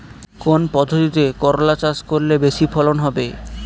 কোন পদ্ধতিতে করলা চাষ করলে বেশি ফলন হবে?